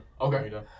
Okay